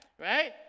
right